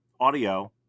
audio